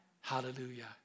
Hallelujah